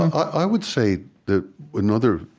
i would say that another,